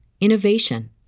innovation